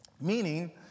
meaning